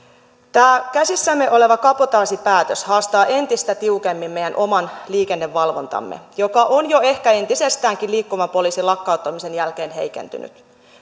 tämä käsissämme oleva kabotaasipäätös haastaa entistä tiukemmin meidän oman liikennevalvontamme joka on jo ehkä entisestäänkin heikentynyt liikkuvan poliisin lakkauttamisen jälkeen